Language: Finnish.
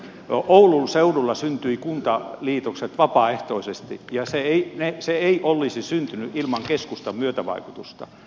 oulun seudulla syntyivät kuntaliitokset vapaaehtoisesti ja uusi oulu ei olisi syntynyt ilman keskustan myötävaikutusta